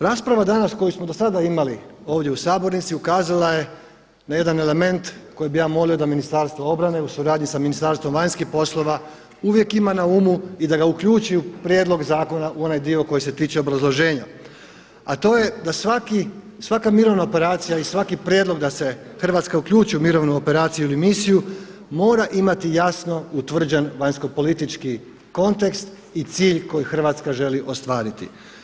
Rasprava danas koju smo dosada imali ovdje u sabornici ukazala na jedan element koji bi ja molio da Ministarstvo obrane u suradnji sa Ministarstvom vanjskih poslova uvijek ima na umu i da ga uključi u prijedlog zakona u onaj dio koji se tiče obrazloženja a to je da svaka mirovna operacija i svaki prijedlog da se Hrvatska uključi u mirovnu operaciju ili misiju mora imati jasno utvrđen vanjskopolitički kontekst i cilj koji Hrvatska želi ostvariti.